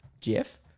Jeff